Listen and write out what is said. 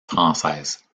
française